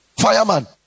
fireman